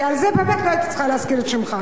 כי על זה באמת לא הייתי צריכה להזכיר את שמך.